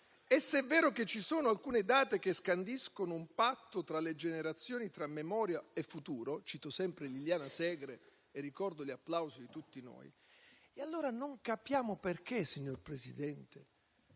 e se è vero che ci sono alcune date che scandiscono un patto tra le generazioni, tra memoria e futuro - cito sempre Liliana Segre e ricordo gli applausi di tutti noi - allora non capiamo perché, signor Presidente,